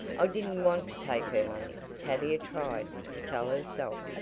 i didn't want to take her money, tavia tried to tell herself,